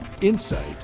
insight